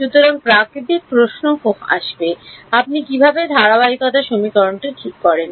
সুতরাং প্রাকৃতিক প্রশ্ন আসবে আপনি কীভাবে ধারাবাহিকতা সমীকরণটি ঠিক করেন